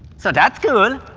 so, that's cool!